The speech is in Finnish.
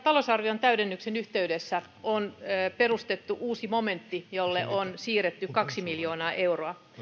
talousarvion täydennyksen yhteydessä on perustettu uusi momentti jolle on siirretty kaksi miljoonaa euroa